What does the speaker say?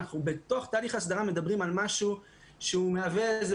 אנחנו בתוך ההסדרה מדברים על משהו שמהווה איזו